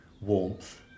warmth